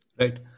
Right